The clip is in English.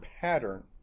pattern